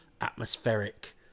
atmospheric